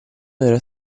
era